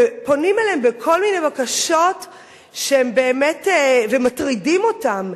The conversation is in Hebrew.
פונים אליהם בכל מיני בקשות ומטרידים אותם,